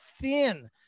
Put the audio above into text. thin